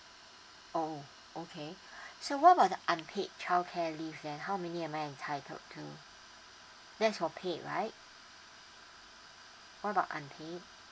oh okay so what about the unpaid childcare leave then how many am I entitled to that's for paid right how about unpaid